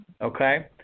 okay